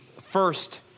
first